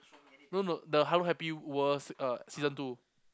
no no the Hello Happy World uh season two